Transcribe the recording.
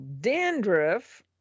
dandruff